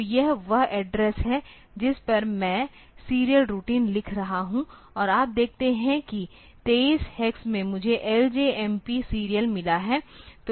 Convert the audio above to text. तो यह वह एड्रेस है जिस पर मैं सीरियल रूटिंग लिख रहा हूं और आप देखते हैं कि 23 हेक्स में मुझे LJMP सीरियल मिला है